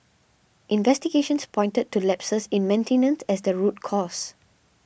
investigations pointed to lapses in maintenance as the root cause